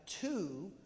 two